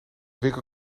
winkel